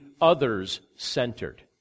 others-centered